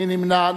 מי נמנע?